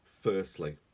firstly